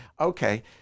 Okay